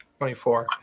24